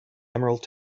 emerald